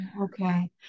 Okay